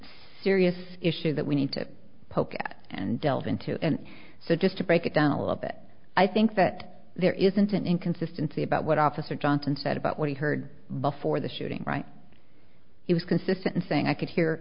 serious issue that we need to poke at and delve into and so just to break it down a little bit i think that there isn't an inconsistency about what officer johnson said about what he heard before the shooting right he was consistent in saying i could hear